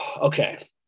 okay